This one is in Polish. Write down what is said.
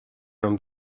nam